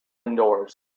indoors